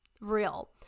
real